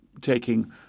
taking